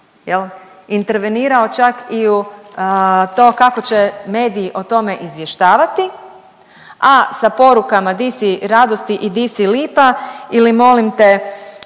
intervenirao čak i u to kako će mediji o tome izvještavati, a sa porukama „di si radosti“ i „di si lipa“ ili „molim te